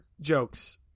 jokes